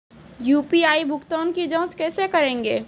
UPI भुगतान की जाँच कैसे करेंगे?